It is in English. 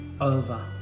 over